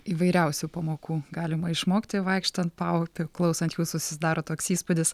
įvairiausių pamokų galima išmokti vaikštant paupiu klausant jų susidaro toks įspūdis